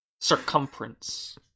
Circumference